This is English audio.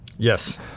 Yes